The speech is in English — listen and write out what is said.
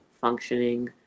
functioning